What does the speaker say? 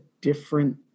different